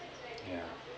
ya